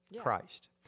Christ